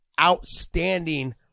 outstanding